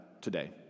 today